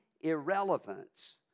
irrelevance